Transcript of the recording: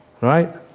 right